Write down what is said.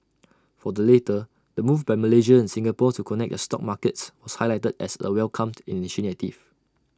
for the latter the move by Malaysia and Singapore to connect their stock markets was highlighted as A welcomed initiative